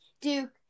Duke